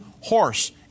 horse